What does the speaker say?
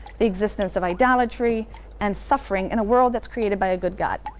the existence of idolatry and suffering in a world that's created by a good god.